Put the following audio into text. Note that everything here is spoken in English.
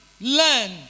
learn